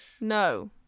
No